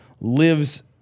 lives